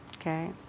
Okay